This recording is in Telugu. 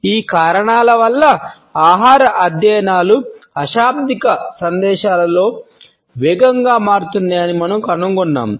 ఈ కారణాల వల్ల ఆహార అధ్యయనాలు అశాబ్దిక సందేశాలలో వేగంగా మారుతున్నాయని మేము కనుగొన్నాము